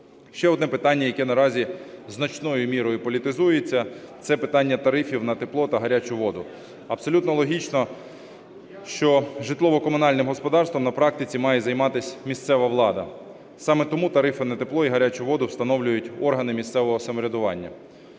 Ще одне питання, яке наразі значною мірою політизується – це питання тарифів на тепло та гарячу воду. Абсолютно логічно, що житлово-комунальним господарством на практиці має займатися місцева влада. Саме тому тарифи на тепло і гарячу воду встановлюють органи місцевого самоврядування.